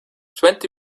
twenty